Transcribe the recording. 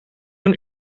een